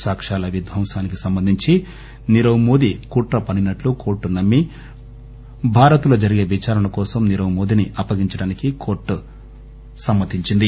సాక్షాల ద్వంసానికి సంబంధించి నీరవ్ మోడీ కుట్ర పన్నినట్లు కోర్టు నమ్మి భారత్లో జరిగే విచారణకోసం నీరవ్ మోడీని అప్పగించడానికి కోర్టు సమ్మతించింది